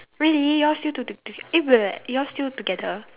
really you all still to to to eh you all still together